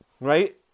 Right